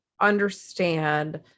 understand